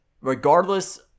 regardless